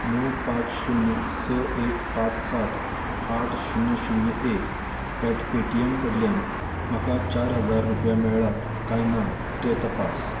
णव पांच शून्य स एक पांच सात आठ शून्य शून्य एक एट पेटीएम कडल्यान म्हाका चार हजार रुपया मेळ्ळ्यात कांय ना तें तपास